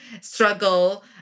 struggle